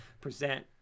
present